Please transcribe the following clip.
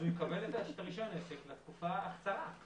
הוא יקבל את רישיון העסק לתקופה הקצרה.